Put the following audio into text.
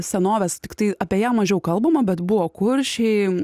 senovės tiktai apie ją mažiau kalbama bet buvo kuršiai